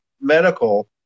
medical